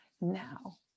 now